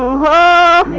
la